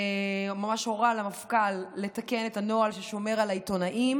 הוא ממש הורה למפכ"ל לתקן את הנוהל ששומר על העיתונאים